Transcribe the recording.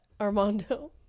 Armando